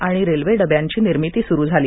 आणि रेल्वे डब्यांची निर्मिती सुरू झाली